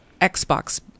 Xbox